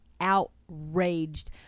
outraged